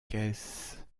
caisse